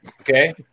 Okay